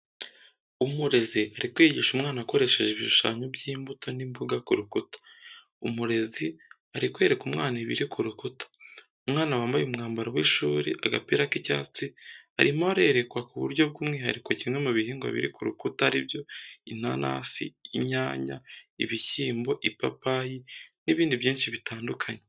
Umurezi ari kwigisha umwana akoresheje ibishushanyo by’imbuto n’imboga ku rukuta. Umurezi ari kwereka umwana ibiri ku rukuta. Umwana wambaye umwambaro w’ishuri agapira k’icyatsi arimo arerekwa ku buryo bw'umwihariko kimwe mubihingwa biri kurukuta aribyo inanasi, inyanya ,ibishyimbo ,ipapayi n'ibindi byinshi bitandukanye.